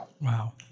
Wow